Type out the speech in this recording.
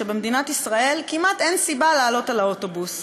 שבמדינת ישראל כמעט אין סיבה לעלות על אוטובוס.